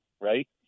right